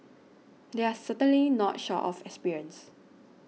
they are certainly not short of experience